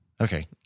Okay